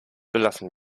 belassen